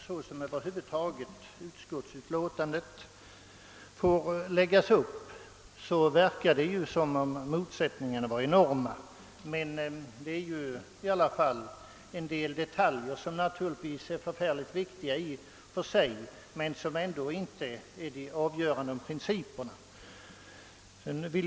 Såsom utskottsutlåtandet lagts upp verkar det visserligen som om motsättningarna var enorma, men detta gäller en del detaljer, som naturligtvis i och för sig är mycket viktiga men som ändå inte är avgörande för principerna.